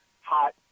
hot